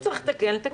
אם צריך לתקן אז לתקן.